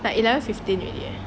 eleven fifteen already leh